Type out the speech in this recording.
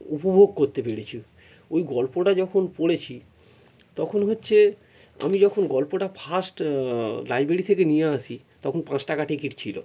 উপভোগ করতে পেরেছি ওই গল্পটা যখন পড়েছি তখন হচ্ছে আমি যখন গল্পটা ফার্স্ট লাইব্রেরি থেকে নিয়ে আসি তখন পাঁচ টাকা টিকিট ছিল